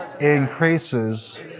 increases